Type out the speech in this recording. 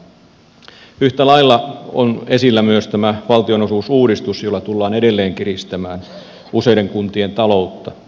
yhtä lailla on esillä myös tämä valtionosuusuudistus jolla tullaan edelleen kiristämään useiden kuntien taloutta